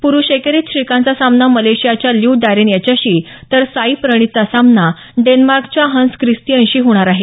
प्रुष एकेरीत श्रीकांतचा सामना मलेशियाच्या ल्यू डॅरेन याच्याशी तर साई प्रणितचा सामना डेन्मार्कच्या हंस क्रिस्तिअनशी होणार आहे